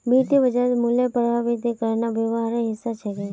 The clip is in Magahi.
वित्तीय बाजारत मूल्यक प्रभावित करना व्यापारेर हिस्सा छिके